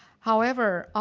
however,